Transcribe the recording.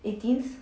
eighteenth